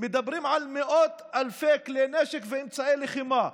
מדברים על מאות אלפי כלי נשק ואמצעי לחימה,